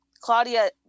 Claudia